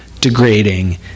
degrading